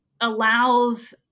allows